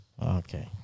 Okay